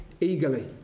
eagerly